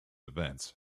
events